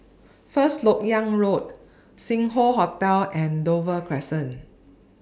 First Lok Yang Road Sing Hoe Hotel and Dover Crescent